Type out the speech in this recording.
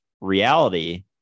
reality